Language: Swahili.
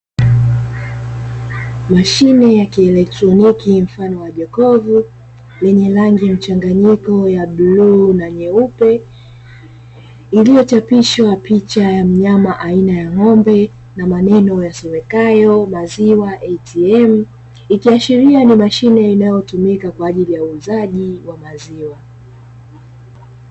Mashine ya kielektroniki mfano wa jokofu lenye rangi mchanganyiko ya bluu na nyeupe, iliyochapishwa picha ya mnyama aina ya ng'ombe na maneno yasomekayo maziwa "ATM" ikiashiria ni mashine ambayo inatumika kwajili ya uuzaji wa maziwa.